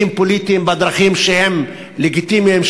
הישגים פוליטיים בדרכים שהן לגיטימיות,